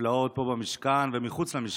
הנפלאות פה במשכן ומחוץ למשכן.